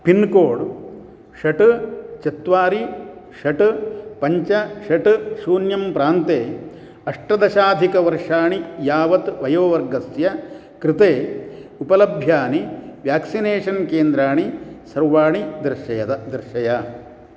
pincode षट् चत्वारि षट् पञ्च षट् शून्यं प्रान्ते अष्टदशाधिकवर्षाणि यावत् वयोवर्गस्य कृते उपलभ्यानि व्याक्सिनेषन् केन्द्राणि सर्वाणि दर्शय दर्शय